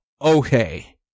okay